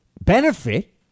benefit